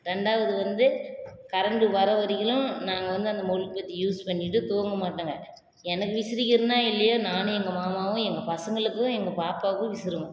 ரெண்டாவது வந்து கரண்டு வர்ற வரைக்கிலும் நாங்கள் வந்து அந்த மெழுகுவத்திய யூஸ் பண்ணிகிட்டு தூங்க மாட்டோங்க எனக்கு விசிறிக்கிறன்னா இல்லையோ நானும் எங்கள் மாமாவும் எங்கள் பசங்களுக்கும் எங்கள் பாப்பாவுக்கும் விசிறுவோம்